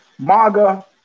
MAGA